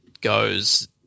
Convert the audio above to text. goes